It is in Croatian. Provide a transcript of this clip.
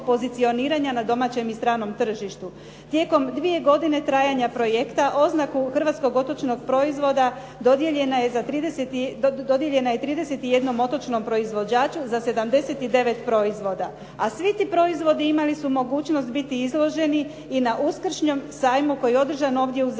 na domaćem i stranom tržištu. Tijekom dvije godine trajanja projekta oznaku hrvatskog otočnog proizvoda dodijeljena je trideset i jednom otočnom proizvođaču za 79 proizvoda, a svi ti proizvodi imali su mogućnost biti izloženi i na uskršnjem sajmu koji je održan ovdje u Zagrebu.